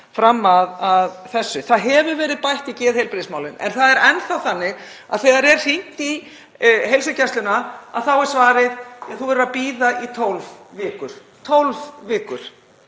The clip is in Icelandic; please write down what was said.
fram að þessu. Það hefur verið bætt í geðheilbrigðismálin en það er enn þá þannig að þegar er hringt í heilsugæsluna þá er svarið: Þú verður að bíða í 12 vikur. Og hvað